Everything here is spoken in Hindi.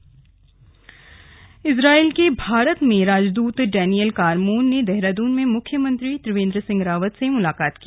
मुलाकात इजरायल के भारत में राजदूत डेनियल कारमोन ने देहरादून में मुख्यमंत्री त्रिवेन्द्र सिंह रावत से मुलाकात की